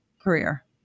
career